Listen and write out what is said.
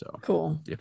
Cool